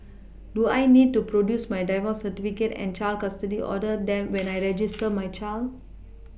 do I need to produce my divorce certificate and child custody order then when I register my child